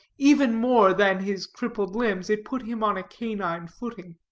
even more than his crippled limbs, it put him on a canine footing.